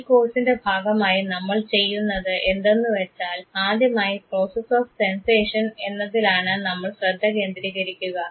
ഈ കോഴ്സിൻറെ ഭാഗമായി നമ്മൾ ചെയ്യുന്നത് എന്തെന്നുവെച്ചാൽ ആദ്യമായി പ്രോസസ്സ് ഓഫ് സെൻസേഷൻ എന്നതിലാണ് നമ്മൾ ശ്രദ്ധ കേന്ദ്രീകരിക്കുക